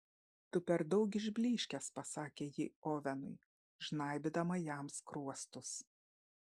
tu per daug išblyškęs pasakė ji ovenui žnaibydama jam skruostus